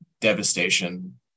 devastation